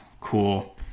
Cool